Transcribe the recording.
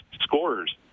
scorers